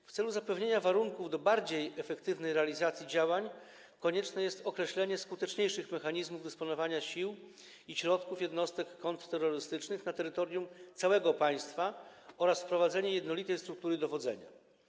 W celu zapewnienia warunków do bardziej efektywnej realizacji działań konieczne jest określenie skuteczniejszych mechanizmów dysponowania siłami i środkami jednostek kontrterrorystycznych na terytorium całego państwa oraz wprowadzenie jednolitej struktury dowodzenia.